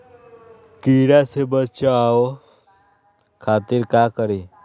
कीरा से बचाओ खातिर का करी?